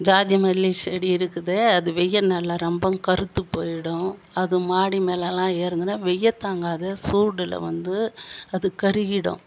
ஜாதி மல்லி செடி இருக்குது அது வெயல் நாளில் ரொம்பவும் கருத்து போயிடும் அது மாடி மேலேலாம் ஏறுதுன்னா வெய்ய தாங்காது சூடில் வந்து அது கருகிடும்